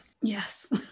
yes